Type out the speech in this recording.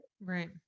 Right